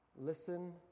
listen